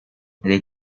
they